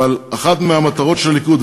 אחת מהמטרות של הליכוד,